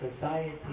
society